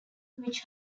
which